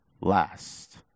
last